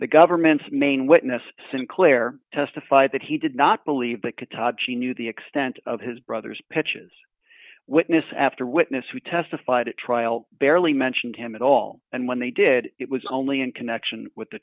the government's main witness sinclair testified that he did not believe that could todd she knew the extent of his brother's pitches witness after witness who testified at trial barely mentioned him at all and when they did it was only in connection with the